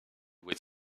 would